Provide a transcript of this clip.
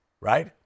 right